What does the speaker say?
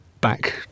back